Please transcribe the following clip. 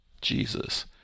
Jesus